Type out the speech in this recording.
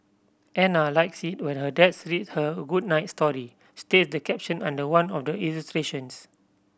Ana likes it when her dads read her a good night story states the caption under one of the illustrations